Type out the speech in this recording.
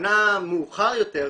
שנה מאוחר יותר,